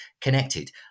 connected